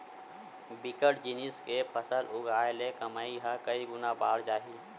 बिकट जिनिस के फसल उगाय ले कमई ह कइ गुना बाड़ जाही